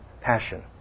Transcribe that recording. passion